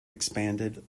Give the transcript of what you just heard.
expanded